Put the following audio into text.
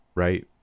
right